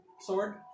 sword